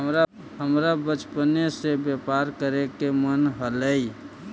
हमरा बचपने से व्यापार करे के मन हलई